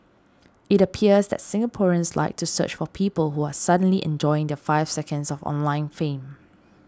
it appears that Singaporeans like to search for people who are suddenly enjoying their five seconds of online fame